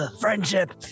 friendship